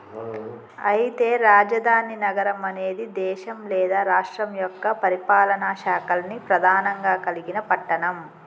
అయితే రాజధాని నగరం అనేది దేశం లేదా రాష్ట్రం యొక్క పరిపాలనా శాఖల్ని ప్రధానంగా కలిగిన పట్టణం